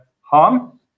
harm